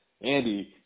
Andy